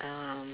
um